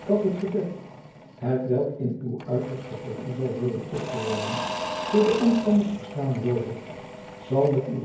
dat het gebed hetwelk in uw uiterste voor u zal worden opgezonden door de omstanders verstaan worde zal met uw